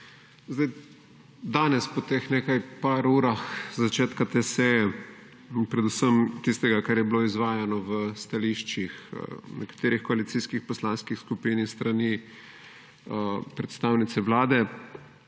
Danes, po teh nekaj par urah, začetka te seje, predvsem tistega, kar je bilo izvajano v stališčih nekaterih koalicijskih poslanskih skupin in s strani predstavnice Vlade,